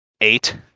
eight